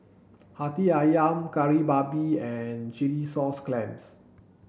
Hati Ayam Kari Babi and Chilli Sauce Clams